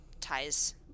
ties